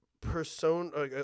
persona